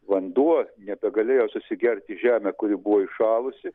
vanduo nebegalėjo susigert į žemę kuri buvo įšalusi